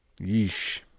Yeesh